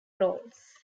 roles